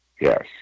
Yes